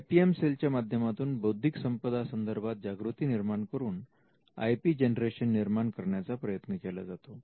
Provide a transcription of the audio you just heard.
I P M सेलच्या माध्यमातून बौद्धिक संपदा संदर्भात जागरूकता निर्माण करून आय पी जनरेशन निर्माण करण्याचा प्रयत्न केला जातो